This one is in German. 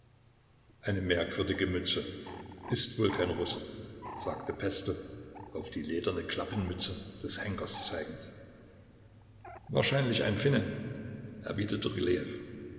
eine merkwürdige mütze ist wohl kein russe sagte pestel auf die lederne klappenmütze des henkers zeigend wahrscheinlich ein finne